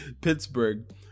Pittsburgh